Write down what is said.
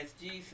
Jesus